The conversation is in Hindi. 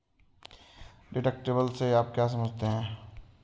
डिडक्टिबल से आप क्या समझते हैं?